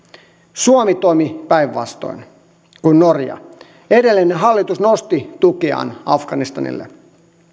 suomi toimi päinvastoin kuin norja edellinen hallitus nosti tukeaan afganistanille